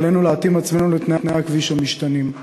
ועלינו להתאים עצמנו לתנאי הכביש המשתנים.